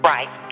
Right